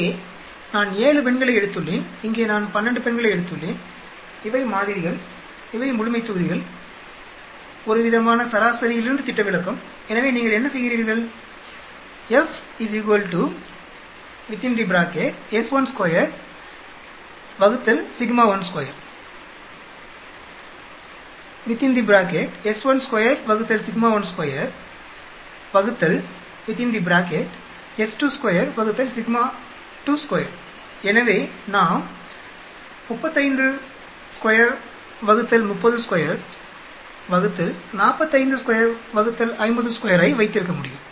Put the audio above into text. இங்கே நான் 7 பெண்களை எடுத்துள்ளேன் இங்கே நான் 12 பெண்களை எடுத்துள்ளேன் இவை மாதிரிகள் இவை முழுமைத்தொகுதிகள் ஒருவிதமான சராசரியிலிருந்து திட்டவிலக்கம் எனவே நீங்கள் என்ன செய்கிறீர்கள் எனவே நாம் 352 302 452 50 2 ஐ வைத்திருக்க முடியும்